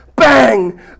Bang